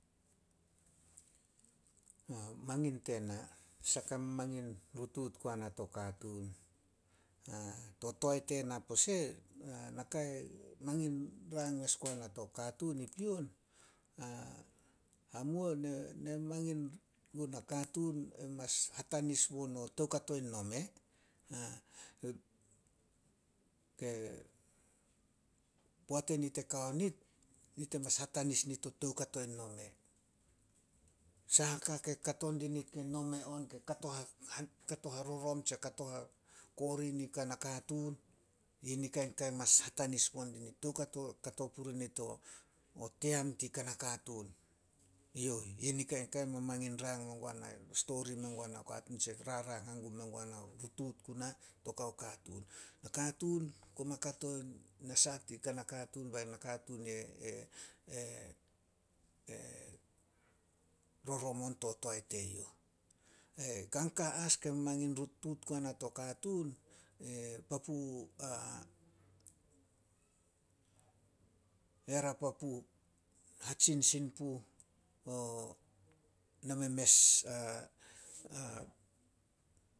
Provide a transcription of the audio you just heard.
Mangin tena, sa ke mamangin rutuut guana to katuun. To toae tena pose, nakai mangin rang as guana to katuun i pion, hamuo ne- ne mangin gun nakatuun mas hatanis bo no toukato in nome. Poat enit e kao nit, nit e mas hatanis nit toukato in nome. Sahaka ke kato dinit ke nome on ke kato ke kato harorom tse kato hakori nin kana katuun, yini kain ka ke mas hatanis bo dinit. Toukato e kato purinit o team tin kana katuun. Youh, yini kain ka mamangin rang mengua nao katuun tse rutuut guna to kao katuun. Nakatuun koma kato in nasah tin kana katuun bei nakatuun e rorom on to toae teyouh. Ain kan ka as ke mangin rutuut guana to katuun, ya ra papu hatsin sin puh na memes